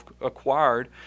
acquired